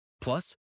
Plus